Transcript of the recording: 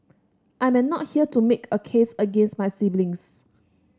I am not here to make a case against my siblings